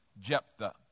Jephthah